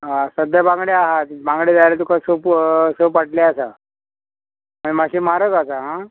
आं सद्द्यां बांगडे आहा बांगडे जाय तुका शोप स पाटले आसा मागीर मात्शी म्हारग आसा आं